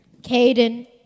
Caden